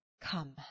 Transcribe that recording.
Come